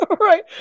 Right